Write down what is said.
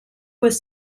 was